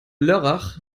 lörrach